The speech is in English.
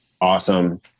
awesome